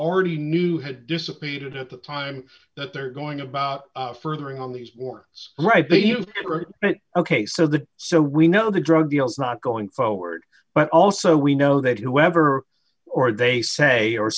already knew had dissipated at the time that they're going about furthering on these warrants right do you ever ok so the so we know the drug deals not going forward but also we know that whoever or they say or